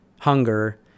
hunger